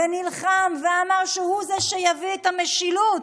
ונלחם ואמר שהוא זה שיביא את המשילות,